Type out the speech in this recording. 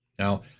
Now